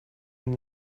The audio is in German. den